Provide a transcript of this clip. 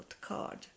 card